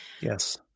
Yes